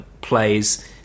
plays